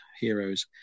heroes